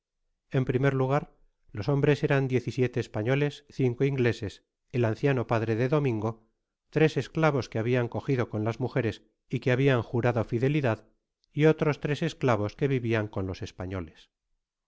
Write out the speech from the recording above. eñ primer lugar los hombres eran diez y siete españoles cinco ingleses el anciano pa dre de domingo tres esclavos que habian cogido con las mujeres y que habian jurado fidelidad y otros tres esclavos que vivian con los españoles